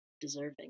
deserving